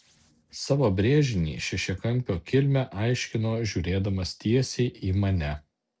savo brėžinį šešiakampio kilmę aiškino žiūrėdamas tiesiai į mane